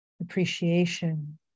appreciation